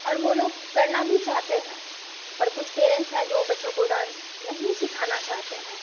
और वह लोग करना भी चाहते हैं पर कुछ पेरेन्ट्स हैं जो बच्चों को डान्स नहीं सिखाना चाहते हैं